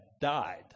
died